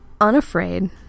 unafraid